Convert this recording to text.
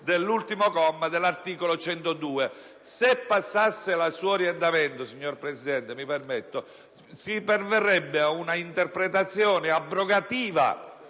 dell'ultimo comma dell'articolo 102. Se passasse il suo orientamento, signor Presidente, si perverrebbe a un'interpretazione abrogativa